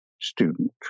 student